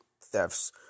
thefts